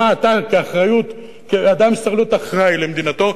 מה אתה כאדם שצריך להיות אחראי למדינתו,